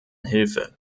hilfe